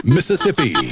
Mississippi